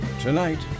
Tonight